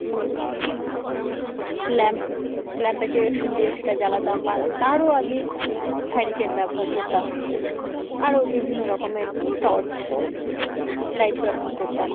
lamp ল্যাম্পে kerosene দিয়ে সেটা জ্বালাতাম বা তারও আগে হ্যারিকেন ব্যবহার করতাম আরও বিভিন্ন রকমের টর্চ লাইট ব্যবহার করতাম